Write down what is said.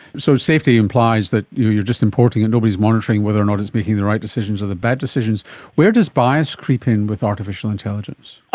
so safety implies that you are just importing it and nobody is monitoring whether or not it's making the right decisions or the bad decisions where does bias creep in with artificial intelligence?